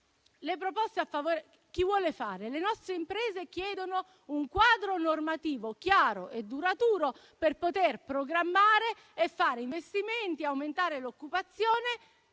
le nostre imprese chiedono un quadro normativo chiaro e duraturo per poter programmare e fare investimenti e aumentare l'occupazione,